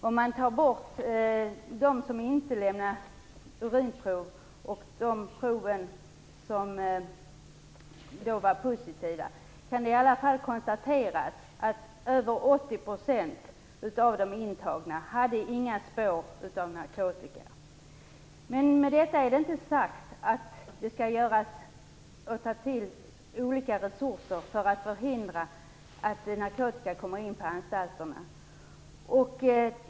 Om man tar bort dem som inte lämnade urinprov och de prov som var positiva kan det konstateras att i alla fall över 80 % av de intagna inte hade några spår av narkotika. Men med detta är inte sagt att man inte skall ta till olika resurser för att förhindra att narkotika kommer in på anstalterna.